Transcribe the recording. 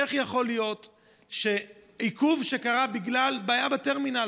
איך יכול להיות שעיכוב שקרה בגלל בעיה בטרמינל,